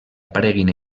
apareguin